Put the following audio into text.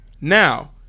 Now